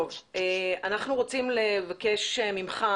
טוב, אנחנו רוצים לבקש ממך